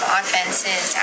offenses